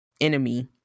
enemy